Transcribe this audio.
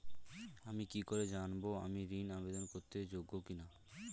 আমি কি করে জানব আমি ঋন আবেদন করতে যোগ্য কি না?